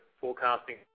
forecasting